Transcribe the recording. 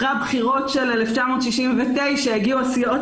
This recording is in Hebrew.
אחרי הבחירות של 1969 הגיעו הסיעות